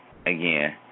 again